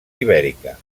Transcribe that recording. ibèrica